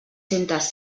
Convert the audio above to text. centes